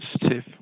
sensitive